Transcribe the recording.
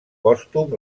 pòstum